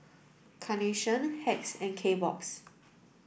Carnation Hacks and Kbox